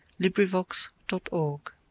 Librivox.org